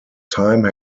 time